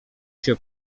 się